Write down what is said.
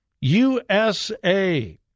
USA